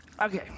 Okay